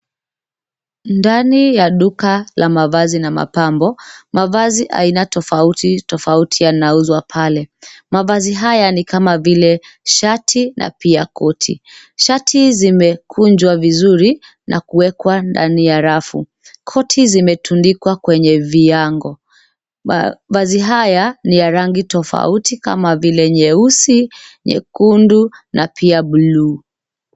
Ndani ya duka la mavazi na mapambo. Mavazi aina tofauti tofauti yanayouzwa pale. Mavazi haya ni kama vile shati na pia koti. Shati zimekunjwa vizuri na kuwekwa ndani ya rafu. Korti zimetundikwa kwenye viango. Mavazi haya ni ya rangi tofauti kama vile nyeusi, nyekundu na pia blue .